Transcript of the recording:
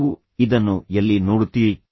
ನೀವು ಇದನ್ನು ಎಲ್ಲಿ ನೋಡುತ್ತೀರಿ